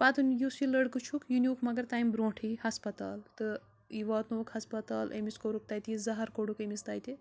پَتُن یُس یہِ لٔڑکہٕ چھُکھ یہِ نیٖکھ مگر تمہِ برونٛٹھٕے ہَسپَتال تہٕ یہِ واتنوُکھ ہَسپَتال أمِس کوٚرُکھ تَتہِ یہِ زَہر کوٚڑُکھ أمِس تَتہِ